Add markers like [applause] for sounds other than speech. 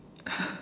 [breath]